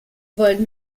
wollen